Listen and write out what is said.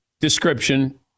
description